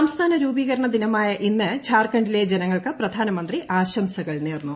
സംസ്ഥാന രൂപീകരണ ദിനമായ ഇന്ന് ജാർഖണ്ഡിലെ ജനങ്ങൾക്ക് പ്രധാനമന്ത്രി ആശംസകൾ നേർന്നു